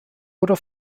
oder